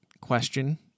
question